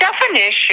definition